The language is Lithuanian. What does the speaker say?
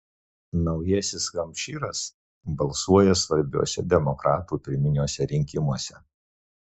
naujasis hampšyras balsuoja svarbiuose demokratų pirminiuose rinkimuose